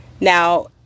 Now